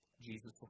Jesus